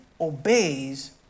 obeys